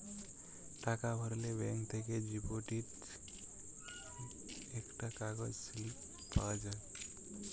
টাকা ভরলে ব্যাঙ্ক থেকে ডিপোজিট একটা কাগজ স্লিপ পাওয়া যায়